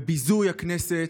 ביזוי הכנסת.